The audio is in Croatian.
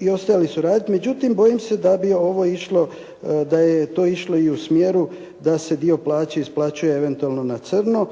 i ostali su radit. Međutim, bojim se da je to išlo i u smjeru da se dio plaće isplaćuje eventualno na crno